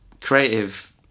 creative